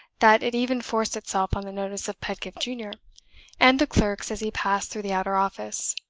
that it even forced itself on the notice of pedgift junior and the clerks as he passed through the outer office.